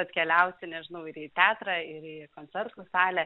atkeliauti nežinau ir į teatrą ir į koncertų salę